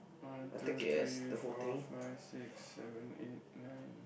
one two three four five six seven eight nine